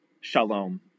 shalom